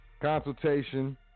Consultation